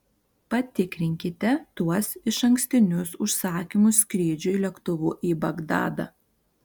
patikrinkite tuos išankstinius užsakymus skrydžiui lėktuvu į bagdadą